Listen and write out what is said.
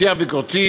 שיח ביקורתי